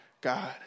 God